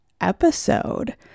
episode